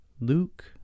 luke